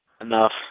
Enough